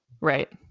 Right